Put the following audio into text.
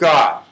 God